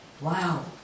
Wow